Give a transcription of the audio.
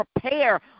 prepare